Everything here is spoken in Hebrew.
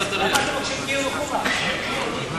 האמת,